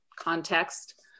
context